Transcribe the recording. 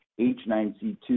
H9C2